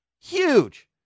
Huge